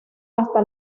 hasta